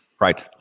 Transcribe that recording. Right